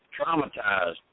traumatized